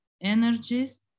energies